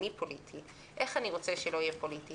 אני פוליטי איך אני רוצה שלא יהיה פוליטי